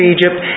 Egypt